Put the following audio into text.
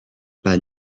pas